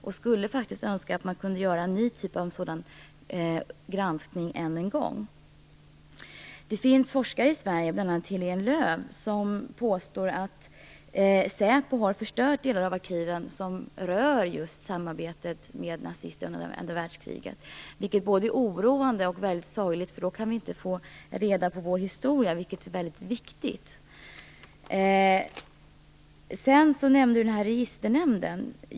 Jag skulle faktiskt önska att man kunde göra en ny granskning. Det finns forskare i Sverige, bl.a. Heléne Lööw, som påstår att säpo har förstört delar av de arkiv som rör just samarbetet med nazister under andra världskriget, vilket både är oroande och väldigt sorgligt. Då kan vi inte få reda på vår historia, vilket är väldigt viktigt. Justitieministern nämnde registernämnden.